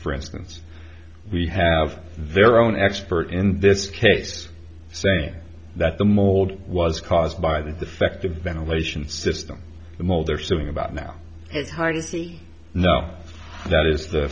for instance we have their own expert in this case saying that the morgue was caused by the defective ventilation system the mall they're suing about now it's hard to see now that is the